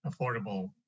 affordable